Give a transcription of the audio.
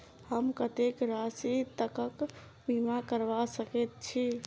हम कत्तेक राशि तकक बीमा करबा सकैत छी?